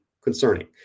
concerning